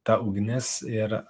ta ugnis ir